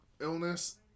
illness